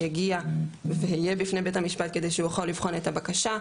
יגיע ויהיה בפני בית המשפט כדי שהוא יוכל לבחון את הבקשה,